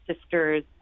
sisters